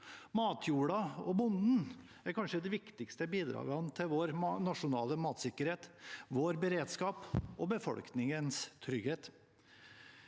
Matjorda og bonden er kanskje de viktigste bidragene til vår nasjonale matsikkerhet, vår beredskap og befolkningens trygghet.